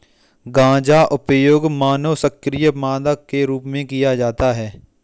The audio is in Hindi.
गांजा उपयोग मनोसक्रिय मादक के रूप में किया जाता है